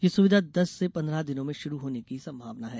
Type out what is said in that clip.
ये सुविधा दस से पन्द्रह दिनों में शुरू होने की संभावना है